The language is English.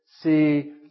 see